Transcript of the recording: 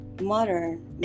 modern